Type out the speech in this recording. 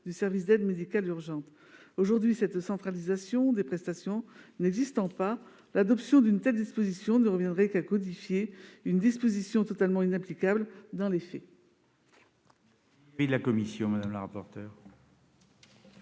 du service d'aide médicale urgente. Aujourd'hui, cette centralisation des prestations n'existant pas, l'adoption d'une telle disposition ne reviendrait qu'à codifier une disposition totalement inapplicable dans les faits.